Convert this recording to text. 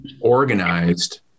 organized